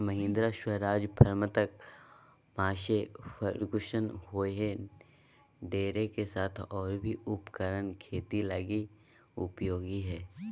Mahindra, Swaraj, Farmtrac, Massey Ferguson John Deere के साथ और भी उपकरण खेती लगी उपयोगी हइ